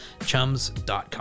chums.com